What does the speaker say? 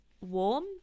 warm